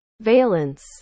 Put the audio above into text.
valence